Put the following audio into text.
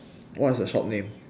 what is the shop name